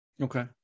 Okay